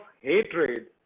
hatred